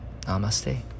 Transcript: Namaste